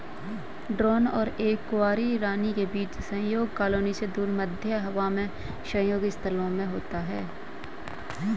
drone और एक कुंवारी रानी के बीच संभोग कॉलोनी से दूर, मध्य हवा में संभोग स्थलों में होता है